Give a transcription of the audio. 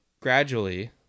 gradually